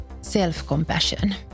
self-compassion